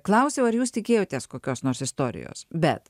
klausiau ar jūs tikėjotės kokios nors istorijos bet